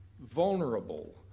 vulnerable